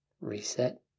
reset